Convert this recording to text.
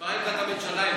מה עמדת הממשלה?